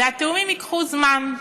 והתיאומים ייקחו זמן.